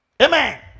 Amen